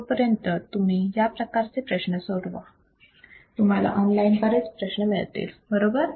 तोपर्यंत तुम्ही या प्रकारचे प्रश्न सोडवा तुम्हाला ऑनलाइन बरेच प्रश्न मिळतील बरोबर